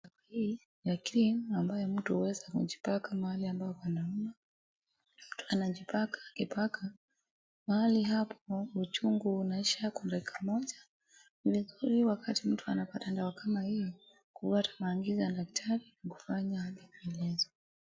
Hii ni cream ambayo mtu huweza kujipaka mahali ambapo panauma. Mtu anajipaka, akipaka mahali hapo uchungu unaisha kwa dakika moja. Ni vizuri wakati mtu anapata dawa kama hii kufuata maagizo ya daktari na kufanya alivyoelezwa.